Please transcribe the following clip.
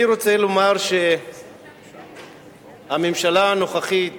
אני רוצה לומר שהממשלה הנוכחית